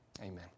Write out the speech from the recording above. Amen